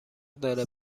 داره